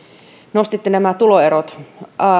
nostitte nämä tuloerot